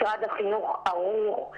משרד החינוך ערוך,